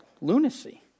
lunacy